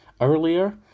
earlier